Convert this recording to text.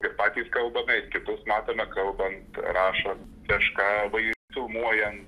ir patys kalbame ir kitus matome kalbant rašant kažką labai filmuojant